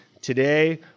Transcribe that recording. today